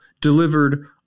delivered